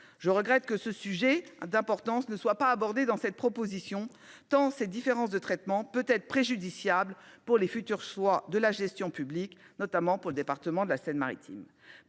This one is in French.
Je regrette que ce sujet d'importance ne soit pas abordé dans cette proposition de loi, tant cette différence de traitement peut être préjudiciable pour les futurs choix de gestion publique, notamment pour le département de la Seine-Maritime.